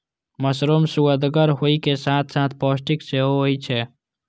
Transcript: mushroom सुअदगर होइ के साथ साथ पौष्टिक सेहो होइ छै